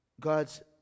God's